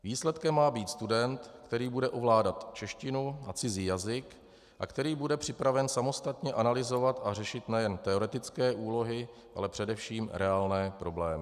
Výsledkem má být student, který bude ovládat češtinu a cizí jazyk a který bude připraven samostatně analyzovat a řešit nejen teoretické úlohy, ale především reálné problémy.